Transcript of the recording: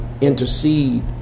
intercede